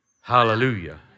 Hallelujah